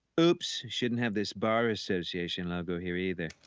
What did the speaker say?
oops shouldn't have this bar association logo here either.